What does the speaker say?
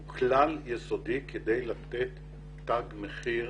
הוא כלל יסודי כדי לתת תג מחיר